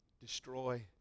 destroy